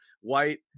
white